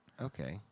Okay